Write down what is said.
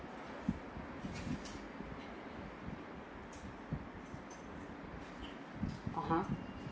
(uh huh)